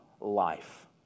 life